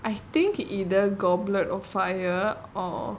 I think either goblet of fire or